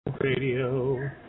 Radio